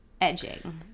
edging